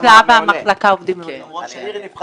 העמותה והמחלקה עובדים --- אני יודע.